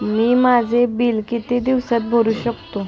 मी माझे बिल किती दिवसांत भरू शकतो?